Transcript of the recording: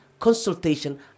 consultation